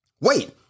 Wait